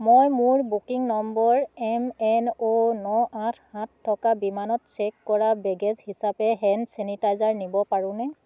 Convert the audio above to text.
মই মোৰ booking number M N O N আঠ সাত থকা বিমানত চেক কৰা বেগেজ হিচাপে হেণ্ড ছেনিটাইজাৰ নিব পাৰোঁনে